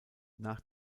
nach